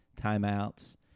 timeouts